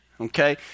okay